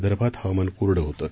विदर्भात हवामान कोरडं होतं